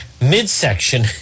midsection